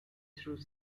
through